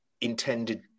intended